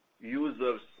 users